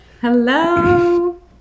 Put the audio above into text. Hello